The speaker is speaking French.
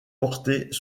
portés